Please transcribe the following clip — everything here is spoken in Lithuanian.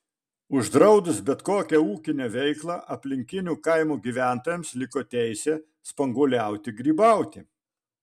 uždraudus bet kokią ūkinę veiklą aplinkinių kaimų gyventojams liko teisė spanguoliauti grybauti